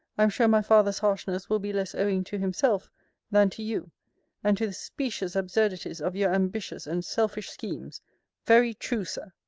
i am sure my father's harshness will be less owing to himself than to you and to the specious absurdities of your ambitious and selfish schemes very true, sir!